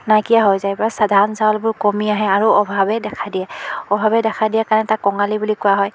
নাইকীয়া হৈ যায় ধান চাউলবোৰ কমি আহে আৰু অভাৱে দেখা দিয়ে অভাৱে দেখা দিয়ে কাৰণে তাক কঙালী বুলি কোৱা হয়